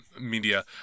media